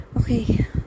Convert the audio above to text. okay